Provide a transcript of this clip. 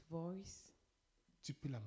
voice